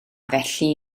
felly